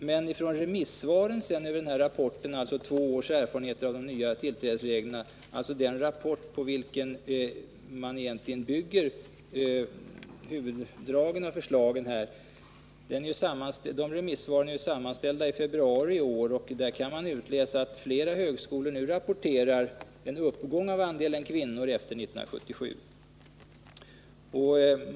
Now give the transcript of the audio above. Men i de i februari i år sammanställda remissvaren på rapporten Två års erfarenheter av de nya tillträdesreglerna — den rapport på vilken regeringen bygger huvuddelen av förslagen — kan utläsas att flera högskolor nu rapporterar att det sedan 1977 har skett en uppgång av antalet kvinnor.